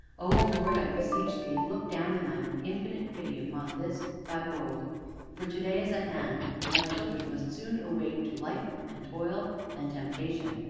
o lord! i beseech thee look down in thine infinite pity upon this, thy world for to-day is at hand, and thy children must soon awake to life and toil and temptation.